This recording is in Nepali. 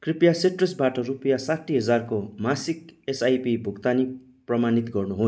कृपया सिट्रसबाट रुपियाँ साठी हजारको मासिक एसआइपी भुक्तानी प्रमाणित गर्नुहोस्